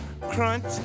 Crunch